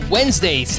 Wednesday